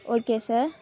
okay sir